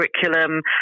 curriculum